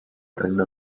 reino